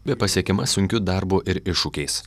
bet pasiekiama sunkiu darbu ir iššūkiais